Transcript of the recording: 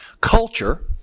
Culture